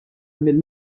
minn